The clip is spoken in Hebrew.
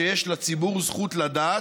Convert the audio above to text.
שיש לציבור זכות לדעת,